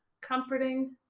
comforting